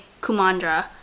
Kumandra